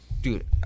dude